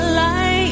life